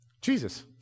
Jesus